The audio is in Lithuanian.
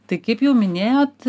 tai kaip jau minėjot